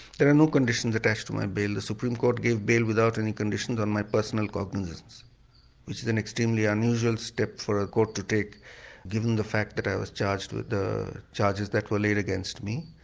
there are no conditions attached to my bail, the supreme court gave bail without any conditions on my personal cognizance which is an extremely unusual step for a court to take given the fact that i was charged with the charges that were laid against me.